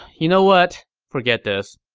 you know what, forget this.